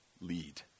Lead